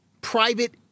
private